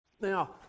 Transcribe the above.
Now